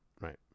Right